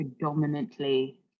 predominantly